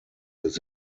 gmbh